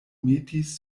metis